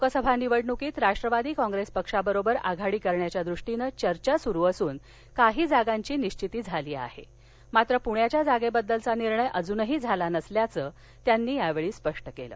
लोकसभा निवडणुकीत राष्ट्रवादी काँप्रेस पक्षाबरोबर आघाडी करण्याच्या दृष्टीनं चर्चा सुरु असून काही जागांची निश्विती झाली आहे मात्र पुण्याच्या जागेबद्दलचा निर्णय अजूनही झाला नसल्याचं त्यांनी स्पष्ट केलं